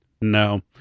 no